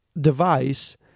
device